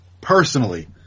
personally